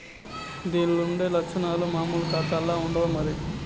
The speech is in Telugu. దీన్లుండే లచ్చనాలు మామూలు కాతాల్ల ఉండవు మరి